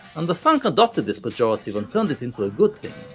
and the funk adopted this pejorative and turned it into a good thing,